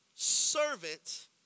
servant